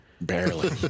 Barely